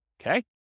Okay